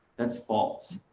that's false.